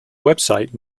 website